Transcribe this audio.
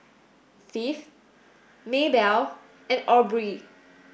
Phebe Maybelle and Aubree